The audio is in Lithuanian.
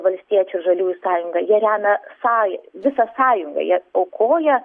valstiečių ir žaliųjų sąjungą jie remia sa visą sąjungą jie aukoja